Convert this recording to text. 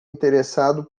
interessado